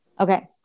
Okay